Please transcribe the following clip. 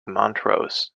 montrose